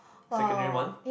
secondary one